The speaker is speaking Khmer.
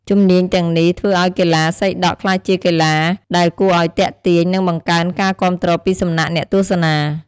ជំនាញទាំងនេះ ធ្វើឲ្យកីឡាសីដក់ក្លាយជាកីឡាដែលគួរឲ្យទាក់ទាញ និងបង្កើនការគាំទ្រពីសំណាក់អ្នកទស្សនា។